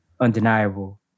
undeniable